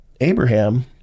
abraham